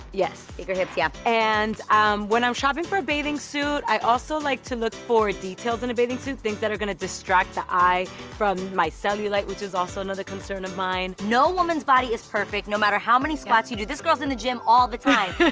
bigger hips. yes. and when i'm shopping for a bathing suit i also like to look for details in a bathing suit things that are gonna distract the eye from my cellulite, which as also another concern of mine. no woman's body is perfect, no matter how many squats you do. this girl's in the gym all the time,